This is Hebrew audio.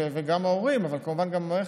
גם ההורים אבל כמובן המערכת,